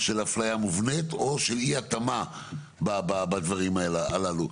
של אפליה מובנית או של אי התאמה בדברים הללו,